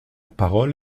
parole